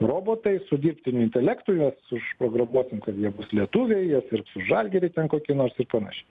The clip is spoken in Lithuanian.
robotai su dirbtiniu intelektu juos užprogramuosim kad jie bus lietuviai jie sirgs už žalgirį ten kokį nors ir panašiai